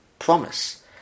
promise